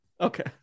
Okay